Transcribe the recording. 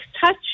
touch